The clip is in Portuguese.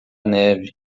neve